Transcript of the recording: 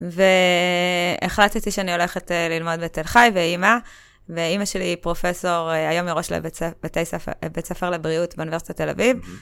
והחלטתי שאני הולכת ללמוד בתל חי ואימא, ואימא שלי היא פרופסור היום ראש לבית ספר לבריאות באוניברסיטת תל אביב.